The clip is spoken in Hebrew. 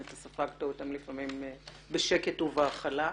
אתה ספגת אותם לפעמים בשקט ובהכלה,